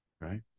Right